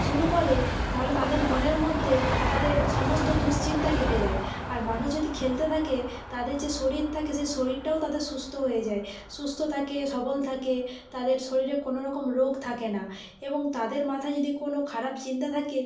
শুরু করে তাহলে তাদের মনের মধ্যে তাদের সমস্ত দুশ্চিন্তা কেটে যায় আর মানুষ যদি খেলতে থাকে তাদের যে শরীর থাকে সে শরীরটাও তাদের সুস্থ হয়ে যায় সুস্থ থাকে সবল থাকে তাদের শরীরে কোনো রকম রোগ থাকে না এবং তাদের মাথায় যদি কোনো খারাপ চিন্তা থাকে